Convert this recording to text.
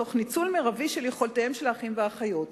תוך ניצול מרבי של יכולותיהם של האחים והאחיות.